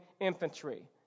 infantry